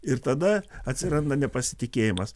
ir tada atsiranda nepasitikėjimas